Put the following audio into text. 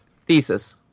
Thesis